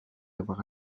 avoir